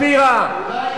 בוגד.